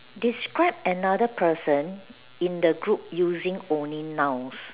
describe another person in the group using only nouns